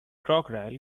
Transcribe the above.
crocodile